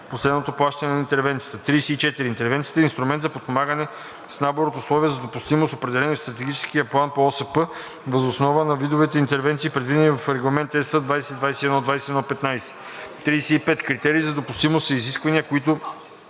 последното плащане по интервенцията. 34. „Интервенция“ е инструмент за подпомагане с набор от условия за допустимост, определени в Стратегическия план по ОСП въз основа на видовете интервенции, предвидени в Регламент (ЕС) 2021/2115. 35. „Критерии за допустимост“ са изисквания, които